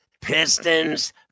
Pistons